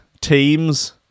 teams